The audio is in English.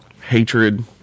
hatred